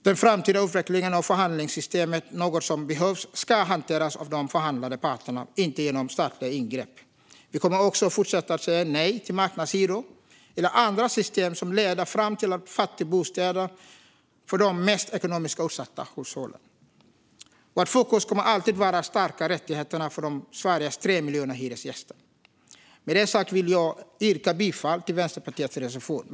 Den framtida utvecklingen av förhandlingssystemet, något som behövs, ska hanteras av de förhandlande parterna och inte genom statliga ingrepp. Vi kommer också att fortsätta säga nej till marknadshyror eller andra system som leder fram till fattigbostäder för de mest ekonomiskt utsatta hushållen. Vårt fokus kommer alltid att vara att stärka rättigheterna för Sveriges 3 miljoner hyresgäster. Med det sagt vill jag yrka bifall till Vänsterpartiets reservation 1.